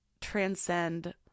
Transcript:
transcend